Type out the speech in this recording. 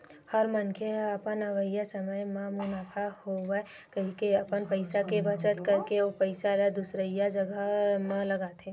हर मनखे ह अपन अवइया समे म मुनाफा होवय कहिके अपन पइसा के बचत करके ओ पइसा ल दुसरइया जघा म लगाथे